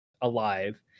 alive